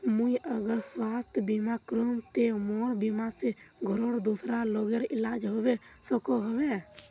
मुई अगर स्वास्थ्य बीमा करूम ते मोर बीमा से घोरेर दूसरा लोगेर इलाज होबे सकोहो होबे?